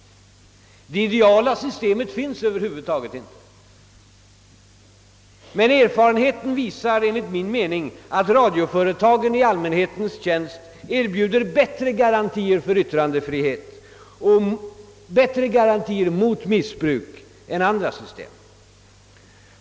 Det idealiska systemet finns över huvud taget inte. Men erfarenheten visar enligt min mening att radioföretagen i allmänhetens tjänst erbjuder bättre garantier för yttrandefri het och mot missbruk än andra Ssystem.